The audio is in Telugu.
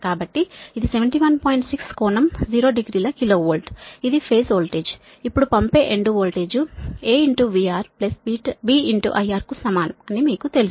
6 కోణం 0 డిగ్రీ ల కిలో వోల్ట్ ఇది ఫేజ్ వోల్టేజ్ ఇప్పుడు పంపే ఎండ్ వోల్టేజ్ AVR BIR కు సమానం అని మీకు తెలుసు